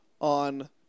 on